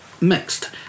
mixed